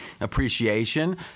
appreciation